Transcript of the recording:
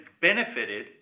benefited